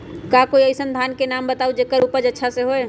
का कोई अइसन धान के नाम बताएब जेकर उपज अच्छा से होय?